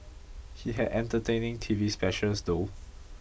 he had entertaining TV specials though